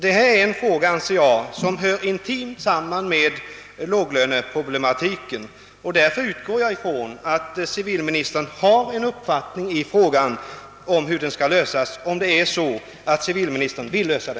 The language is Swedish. Denna fråga hör intimt samman med låglöneproblematiken och därför utgår jag från att civilministern har en uppfattning om hur den skall lösas, om civilministern verkligen vill lösa den.